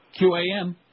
QAM